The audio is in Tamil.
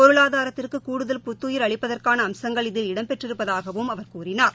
பொருளாதாரத்திற்கு கூடுதல் புத்துயிர் அளிப்பதற்கான அம்சங்கள் இதில் இடம்பெற்றிருப்பதாகவும் அவர் கூறினார்